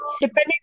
Depending